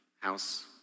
house